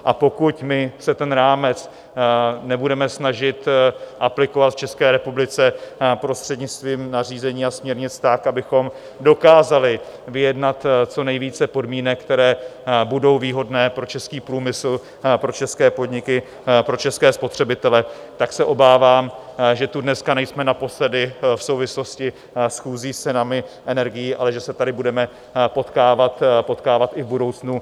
A pokud my se ten rámec nebudeme snažit aplikovat v České republice prostřednictvím nařízení a směrnic tak, abychom dokázali vyjednat co nejvíce podmínek, které budou výhodné pro český průmysl, pro české podniky, pro české spotřebitele, tak se obávám, že tu dneska nejsme naposledy v souvislosti s cenami energií, ale že se tady budeme potkávat i v budoucnu.